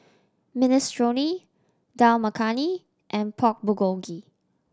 Minestrone Dal Makhani and Pork Bulgogi